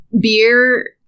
beer